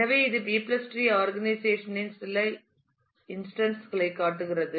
எனவே இது B tree organisation இன் சில இன்ஸ்டன்ஸ் களைக் காட்டுகிறது